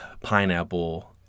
pineapple